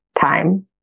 time